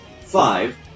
Five